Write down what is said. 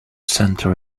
center